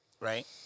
right